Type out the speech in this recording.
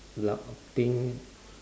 blou~ pink